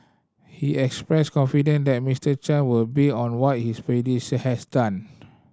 he expressed confidence that Mister Chan would be on what his predecessor has done